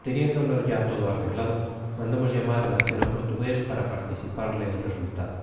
teniendolo ya todo arreglado mandamos tiamar al anciano portugués para participarle el resultado